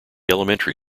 elementary